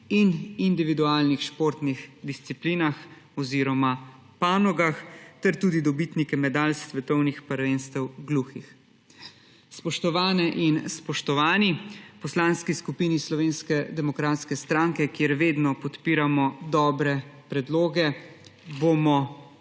in individualnih športnih disciplinah oziroma panogah ter tudi dobitnike medalj s svetovnih prvenstev gluhih. Spoštovane in spoštovani! V Poslanski skupini Slovenske demokratske stranke, kjer vedno podpiramo dobre predloge, bomo